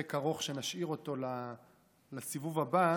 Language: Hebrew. יש פה עוד פרק ארוך שנשאיר אותו לסיבוב הבא,